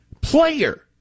player